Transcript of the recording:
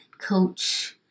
Coach